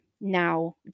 now